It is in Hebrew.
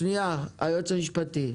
היועץ המשפטי.